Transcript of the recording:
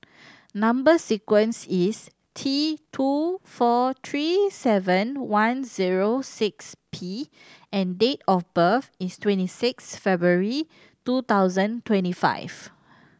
number sequence is T two four three seven one zero six P and date of birth is twenty six February two thousand twenty five